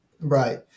Right